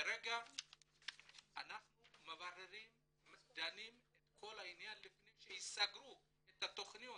כרגע אנחנו דנים בכל העניין לפני שייסגרו התכניות